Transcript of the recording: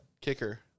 kicker